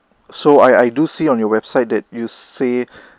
so I I do see on your website that you say